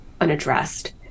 unaddressed